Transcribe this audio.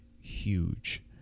huge